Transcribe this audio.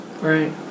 Right